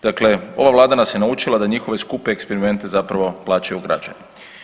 Dakle, ova Vlada nas je naučila da njihove skupe eksperimente zapravo plaćaju građani.